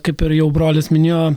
kaip ir jau brolis minėjo